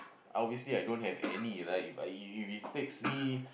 obviously I don't have any right If I if it takes me